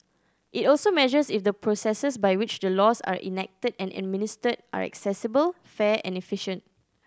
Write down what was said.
it also measures if the processes by which the laws are enacted and administered are accessible fair and efficient